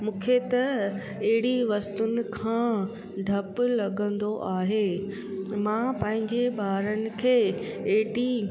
मूंखे त अहिड़ी वस्तूनि खां डपु लॻंदो आहे मां पंहिंजे ॿारनि खे अहिड़ी